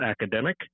academic